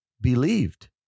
believed